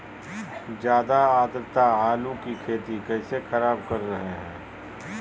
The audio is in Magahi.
ज्यादा आद्रता आलू की खेती कैसे खराब कर रहे हैं?